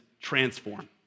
transform